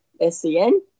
SCN